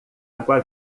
água